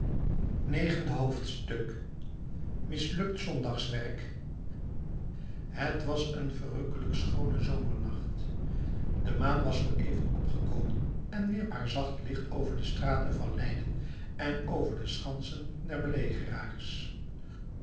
negende hoofdstuk mislukt zondags werk het was een verrukkelijk schoone zomernacht de maan was zoo even opgekomen en wierp haar zacht licht door de straten van leiden en over de schansen der